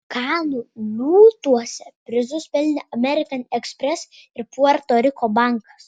kanų liūtuose prizus pelnė amerikan ekspres ir puerto riko bankas